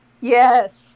Yes